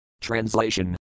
Translation